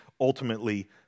ultimately